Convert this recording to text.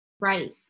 Right